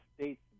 state's